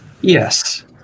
Yes